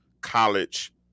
college